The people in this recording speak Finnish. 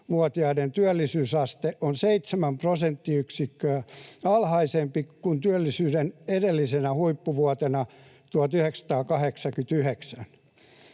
25—45-vuotiaiden työllisyysaste on seitsemän prosenttiyksikköä alhaisempi kuin työllisyyden edellisenä huippuvuotena 1989.